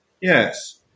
Yes